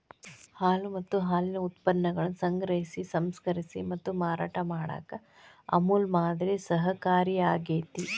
ಹಾಲು ಮತ್ತ ಹಾಲಿನ ಉತ್ಪನ್ನಗಳನ್ನ ಸಂಗ್ರಹಿಸಿ, ಸಂಸ್ಕರಿಸಿ ಮತ್ತ ಮಾರಾಟ ಮಾಡಾಕ ಅಮೂಲ್ ಮಾದರಿ ಸಹಕಾರಿಯಾಗ್ಯತಿ